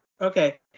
okay